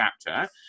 chapter